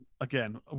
again